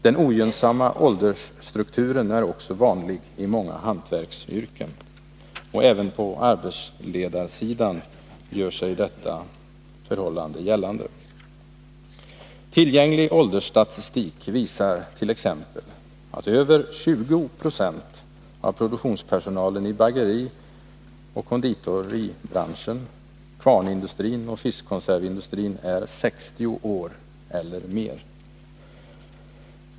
Den ogynnsamma åldersstrukturen är också vanlig i många hantverksyrken. Även på arbetsledarsidan gör sig detta förhållande gällande. Tillgänglig åldersstatistik visar t.ex. att över 20 26 av produktionspersonalen i bagerioch konditoribranschen, kvarnindustrin och fiskkonservindustrin är 60 år eller äldre.